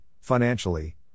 financially